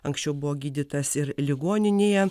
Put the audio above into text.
anksčiau buvo gydytas ir ligoninėje